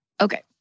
okay